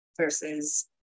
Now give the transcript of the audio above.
versus